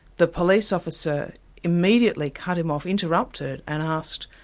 the police officer immediately cut him off, interrupted, and asked,